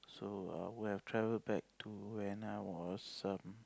so I'd have traveled back to when I was um